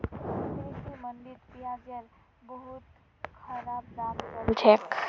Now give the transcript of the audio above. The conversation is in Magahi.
कृषि मंडीत प्याजेर बहुत खराब दाम चल छेक